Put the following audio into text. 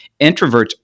Introverts